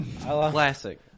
Classic